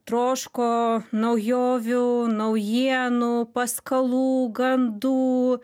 troško naujovių naujienų paskalų gandų